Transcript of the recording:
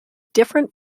different